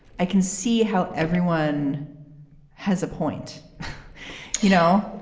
i can see how everyone has a point you know?